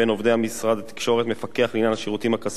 משרד התקשורת מפקח לעניין השירותים הכספיים,